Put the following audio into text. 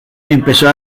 empezó